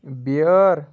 بیٲر